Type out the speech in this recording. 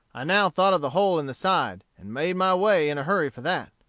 i now thought of the hole in the side, and made my way in a hurry for that.